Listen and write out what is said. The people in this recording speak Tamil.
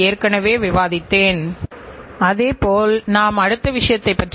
ஆகவே வழக்கமான தரக் கட்டுப்பாட்டு வரைபடங்களை நாம் தயாரிக்கலாம்